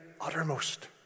uttermost